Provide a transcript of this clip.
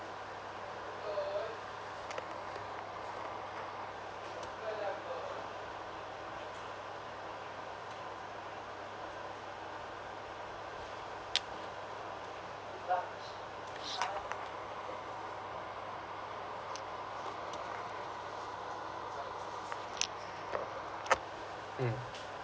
mm